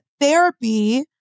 therapy